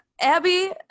Abby